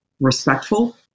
respectful